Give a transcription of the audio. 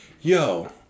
Yo